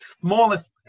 smallest